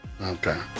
Okay